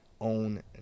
own